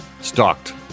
Stalked